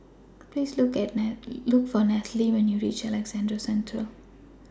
Please Look For Nathaly when YOU REACH Alexandra Central